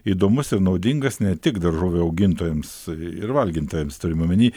įdomus ir naudingas ne tik daržovių augintojams ir valgytojams turim omeny